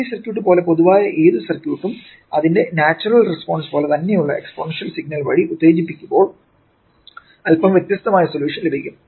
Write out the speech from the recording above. RC circuit പോലെ പൊതുവായ ഏത് സർക്യൂട്ടും അതിന്റെ നാച്ചുറൽ റെസ്പോൺസ് പോലെ തന്നെയുള്ള എക്സ്പോണൻഷ്യൽ സിഗ്നൽ വഴി ഉത്തേജിപ്പിക്കുമ്പോൾ അൽപ്പം വ്യത്യസ്തമായ സൊല്യൂഷൻ ലഭിക്കും